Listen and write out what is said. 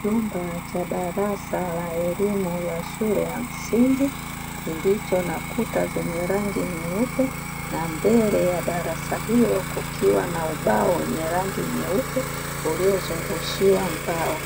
Chumba cha darasa la elimu ya shule ya msingi zilicho na kuta zenye rangi nyeupe na mbele ya darasa hilo kukiwa na ubao wenye rangi nyeupe uliozungushiwa mbao